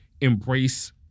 embrace